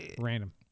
random